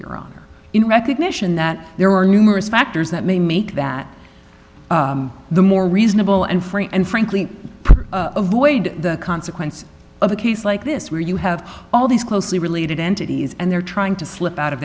your honor in recognition that there are numerous factors that may make that the more reasonable and free and frankly avoid the consequences of a case like this where you have all these closely related entities and they're trying to slip out of